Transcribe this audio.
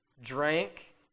drank